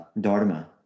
Dharma